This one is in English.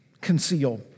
Conceal